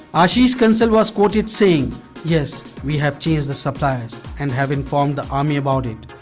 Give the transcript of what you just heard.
ah ashish kansal was quoted saying yes, we have changed the suppliers and have informed the army about it.